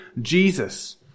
Jesus